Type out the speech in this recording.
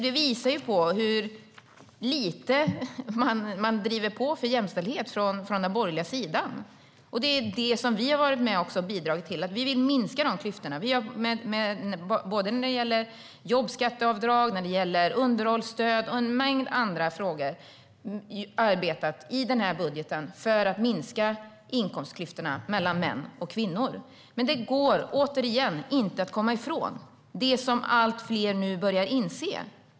Det visar hur lite man driver på för jämställdhet från den borgerliga sidan. Vi har varit med och bidragit. Vi vill minska de klyftorna. Vi har varit med och arbetat med budgeten när det gällt jobbskatteavdrag, underhållsstöd och en mängd andra frågor för att minska inkomstklyftorna mellan män och kvinnor. Återigen: Det går inte att komma ifrån det som allt fler nu börjar inse.